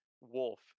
Wolf